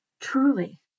Truly